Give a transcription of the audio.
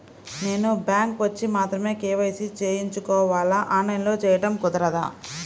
నేను బ్యాంక్ వచ్చి మాత్రమే కే.వై.సి చేయించుకోవాలా? ఆన్లైన్లో చేయటం కుదరదా?